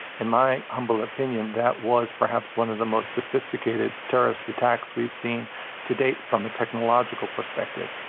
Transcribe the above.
in my humble opinion, that was perhaps one of the most sophisticated terrorist attacks we've seen to date, from a technological perspective.